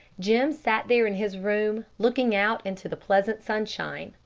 jim sat there in his room, looking out into the pleasant sunshine,